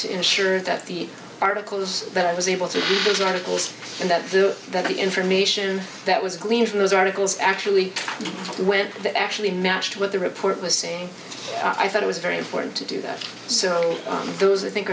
to ensure that the articles that i was able to get those articles and that that information that was gleaned from those articles actually went to actually matched with the report was saying i thought it was very important to do that solely on those i think